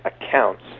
accounts